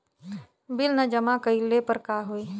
Bill न जमा कइले पर का होई?